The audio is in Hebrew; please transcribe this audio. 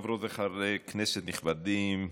חברות וחברי כנסת נכבדים,